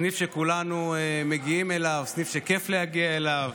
סניף שכולנו מגיעים אליו, סניף שכיף להגיע אליו.